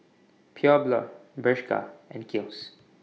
Pure Blonde Bershka and Kiehl's